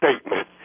statement